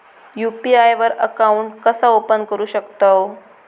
UPI वर account कसा open करू शकतव?